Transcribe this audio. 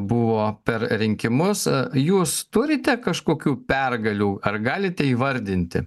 buvo per rinkimus jūs turite kažkokių pergalių ar galite įvardinti